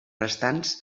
restants